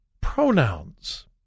pronouns